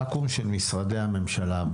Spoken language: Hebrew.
ואקום של משרדי הממשלה,